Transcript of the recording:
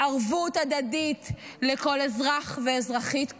ערבות הדדית לכל אזרח ואזרחית כאן.